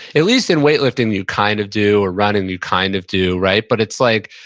at least, in weightlifting, you kind of do, or running, you kind of do, right? but it's like,